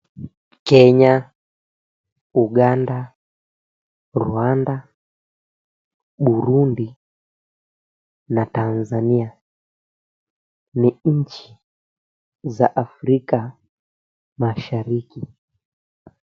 Kenya, Uganda, Rwanda, Burundi na Tanzania ni nchi za Afrika Mashariki.